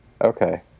Okay